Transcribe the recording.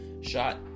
shot